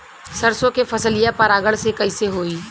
सरसो के फसलिया परागण से कईसे होई?